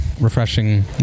refreshing